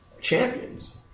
champions